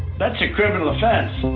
that's a criminal offense.